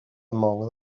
among